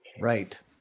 Right